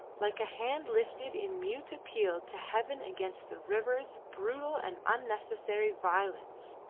like a hand lifted in mute appeal to heaven against the river's brutal and unnecessary violence.